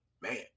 Man